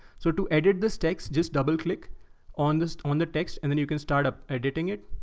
so to edit this text, just double click on this, on the text, and then you can start up editing it.